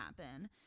happen